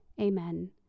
Amen